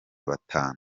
batanu